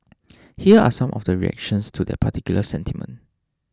here are some of the reactions to that particular sentiment